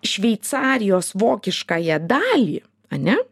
šveicarijos vokiškąją dalį ane